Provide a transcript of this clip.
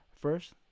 First